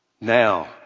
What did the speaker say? Now